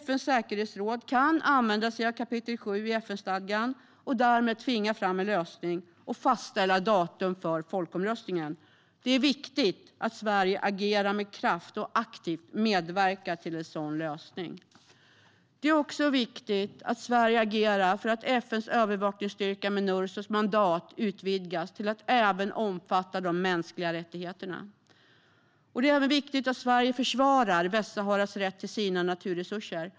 FN:s säkerhetsråd kan använda sig av kap. 7 i FN-stadgan och därmed tvinga fram en lösning och fastställa datum för folkomröstningen. Det är viktigt att Sverige agerar med kraft och aktivt medverkar till en sådan lösning. Det är också viktigt att Sverige agerar för att FN:s övervakningsstyrka Minursos mandat utvidgas till att även omfatta de mänskliga rättigheterna. Det är likaså viktigt att Sverige försvarar Västsaharas rätt till sina naturresurser.